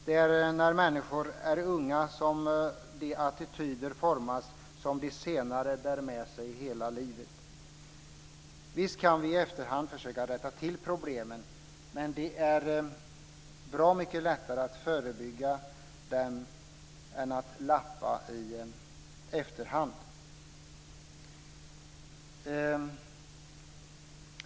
Det är när människor är unga som de attityder formas som de senare bär med sig hela livet. Visst kan vi i efterhand försöka rätta till problemen, men det är bra mycket lättare att förebygga dem än att lappa i efterhand.